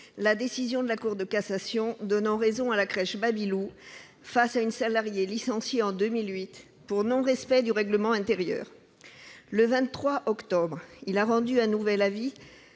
la décision de la Cour de cassation donnant raison à la crèche Baby-Loup contre une salariée licenciée en 2008 pour non-respect du règlement intérieur. Le 23 octobre dernier, il a rendu un nouvel avis